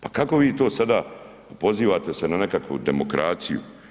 Pa kako vi to sada pozivate se na nekakvu demokraciju.